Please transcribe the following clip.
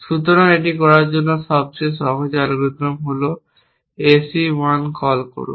সুতরাং এটি করার জন্য সবচেয়ে সহজ অ্যালগরিদম হল AC 1 কল করুন